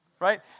right